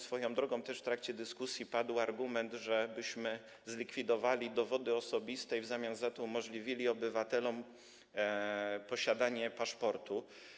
Swoją drogą w trakcie dyskusji padł też argument, żebyśmy zlikwidowali dowody osobiste i w zamian za to umożliwili obywatelom posiadanie paszportu.